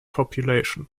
population